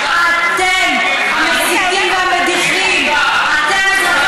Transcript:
רק הרוצחים, תתביישי לך.